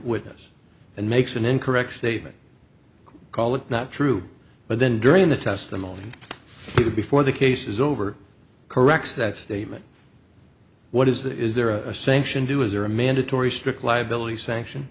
witness and makes an incorrect statement call it not true but then during the testimony before the case is over corrects that statement what is there a sanction do is there a mandatory strict liability sanction